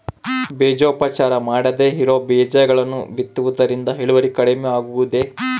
ಬೇಜೋಪಚಾರ ಮಾಡದೇ ಇರೋ ಬೇಜಗಳನ್ನು ಬಿತ್ತುವುದರಿಂದ ಇಳುವರಿ ಕಡಿಮೆ ಆಗುವುದೇ?